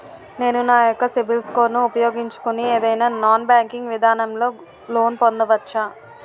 నేను నా యెక్క సిబిల్ స్కోర్ ను ఉపయోగించుకుని ఏదైనా నాన్ బ్యాంకింగ్ విధానం లొ లోన్ పొందవచ్చా?